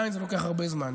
שזה עדיין לוקח הרבה זמן,